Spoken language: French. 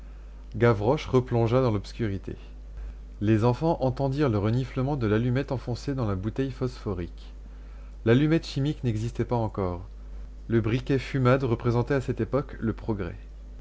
gavroche replongea dans l'obscurité les enfants entendirent le reniflement de l'allumette enfoncée dans la bouteille phosphorique l'allumette chimique n'existait pas encore le briquet fumade représentait à cette époque le progrès